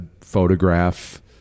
photograph